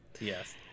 yes